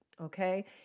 Okay